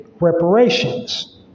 reparations